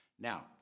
Now